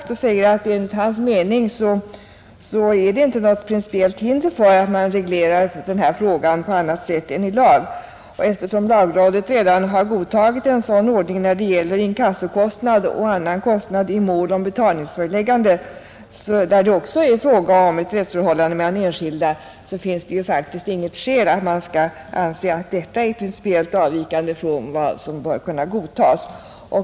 Statsrådet säger att det enligt hans mening inte föreligger något principiellt hinder för att man reglerar denna fråga på annat sätt än i lag och att eftersom lagrådet redan har godtagit en sådan ordning när det gäller inkassokostnad och annan kostnad i mål om betalningsföreläggande, där det också är fråga om ett rättsförhållande mellan enskilda, så finns det faktiskt inte skäl att man skall anse att detta är principiellt avvikande från vad som bör kunna godtas.